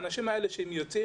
כשהאנשים האלה יוצאים,